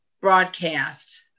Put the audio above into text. broadcast